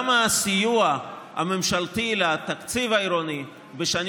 גם הסיוע הממשלתי לתקציב העירוני בשנים